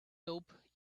dope